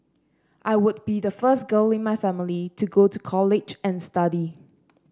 I would be the first girl in my family to go to college and study